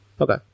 okay